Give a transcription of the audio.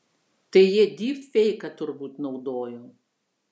tai jie dypfeiką turbūt naudojo